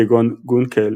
כגון גונקל,